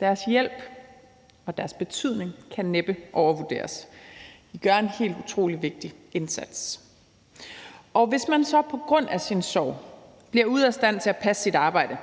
Deres hjælp og deres betydning kan næppe overvurderes. De gør en helt utrolig vigtig indsats. Hvis man så på grund af sin sorg bliver ude af stand til at passe sit arbejde,